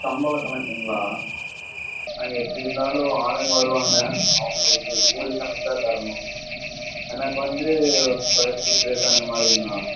சம்பள கணக்குங்களா அது எப்படிருந்தாலும் ஆளுங்க வருவாங்க அவங்களுக்கு கூலி கணக்குதான் தரணும் எனக்கு வந்து ஒரு ஸ்கொயர் ஃபீட் ரேட்டு அந்தமாரிங்கண்ணா